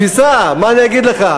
תפיסה, מה אני אגיד לך?